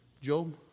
Job